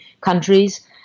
countries